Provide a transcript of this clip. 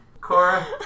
Cora